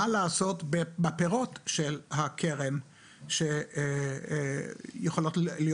מה לעשות עם הפירות של הקרן שיכולות להיות